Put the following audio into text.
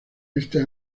este